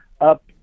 up